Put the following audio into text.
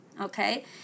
Okay